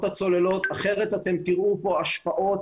הצוללות כי אחרת אתם תראו כאן השפעות